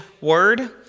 word